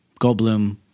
Goldblum